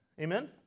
Amen